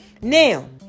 Now